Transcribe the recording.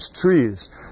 trees